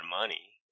money